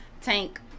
Tank